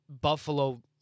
Buffalo